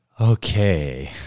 okay